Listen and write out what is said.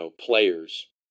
players